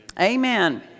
Amen